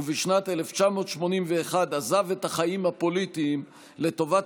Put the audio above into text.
ובשנת 1981 עזב את החיים הפוליטיים לטובת